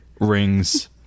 rings